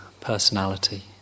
personality